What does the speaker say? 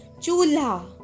chula